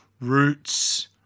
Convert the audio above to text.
roots